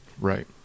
Right